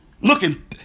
looking